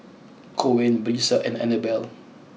Coen Brisa and Annabelle